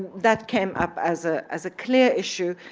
that came up as ah as a clear issue,